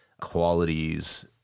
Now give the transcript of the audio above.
qualities